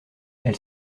elle